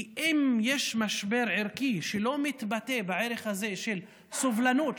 כי אם יש משבר ערכי שלא מתבטא בערך הזה של סובלנות,